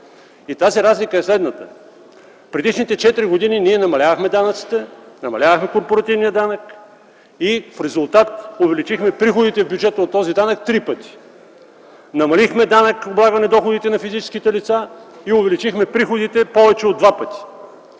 Тази разлика е следната. Предишните четири години ние намалявахме данъците, намалявахме корпоративния данък и в резултат увеличихме приходите в бюджета от този данък три пъти. Намалихме данъка за облагане доходите на физическите лица и увеличихме приходите повече от два пъти.